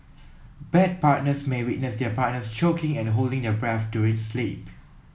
bed partners may witness their partners choking and holding their breath during sleep